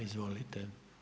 Izvolite.